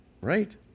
right